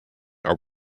are